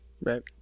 Right